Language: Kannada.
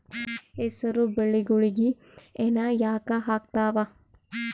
ಹೆಸರು ಬೆಳಿಗೋಳಿಗಿ ಹೆನ ಯಾಕ ಆಗ್ತಾವ?